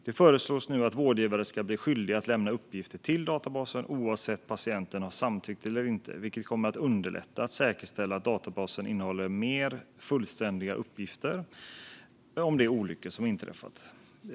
Det föreslås nu att vårdgivare ska bli skyldiga att lämna uppgifter till databasen, oavsett om patienten har samtyckt eller inte, vilket kommer underlätta när det gäller att säkerställa att databasen innehåller mer fullständiga uppgifter om de olyckor som inträffat.